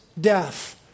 death